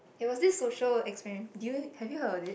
it was this social experi~ do you have you heard of it